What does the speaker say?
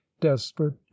desperate